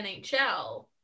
NHL